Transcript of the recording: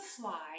fly